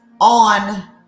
on